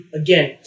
again